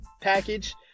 package